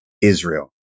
Israel